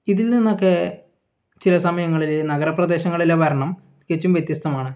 ഇതിൽനിന്നൊക്കെ ചില സമയങ്ങളിൽ നഗരപ്രദേശങ്ങളിലെ ഭരണം തികച്ചും വ്യത്യസ്തമാണ്